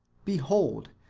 behold,